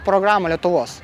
programą lietuvos